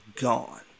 gone